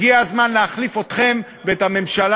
רבותי, ממשלה